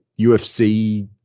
UFC